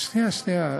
שנייה, שנייה.